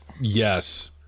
Yes